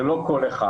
זה לא כל אחד.